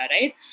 right